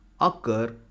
occur